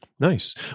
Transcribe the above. Nice